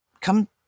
come